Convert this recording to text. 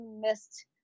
missed